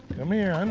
come here. and